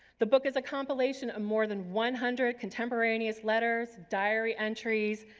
the book is a compilation of more than one hundred contemporaneous letters, diary entries,